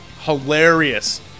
Hilarious